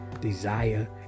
desire